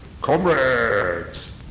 Comrades